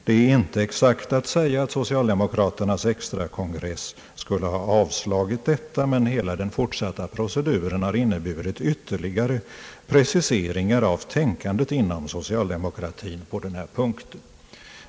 Det är inte exakt att säga att socialdemokraternas extrakongress skulle ha avslagit detta, men hela den fortsatta proceduren har inneburit ytterligare preciseringar av tänkandet inom socialdemokratin på denna punkt.